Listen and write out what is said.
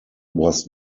was